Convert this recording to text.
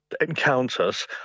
encounters